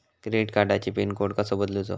Credit कार्डची PIN code कसो बदलुचा?